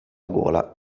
gola